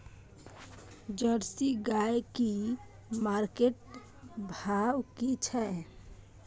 Jersey गाय की market भाव की छै?